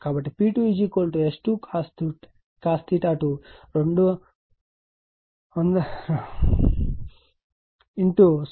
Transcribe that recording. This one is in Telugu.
కాబట్టి P2 S 2 cos2 2 75 0